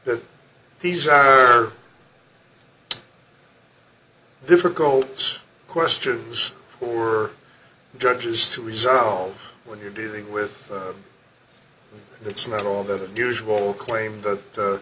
that these are different goals questions were judges to resolve when you're dealing with it's not all that unusual claim that